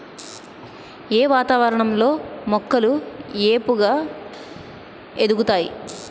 ఏ వాతావరణం లో మొక్కలు ఏపుగ ఎదుగుతాయి?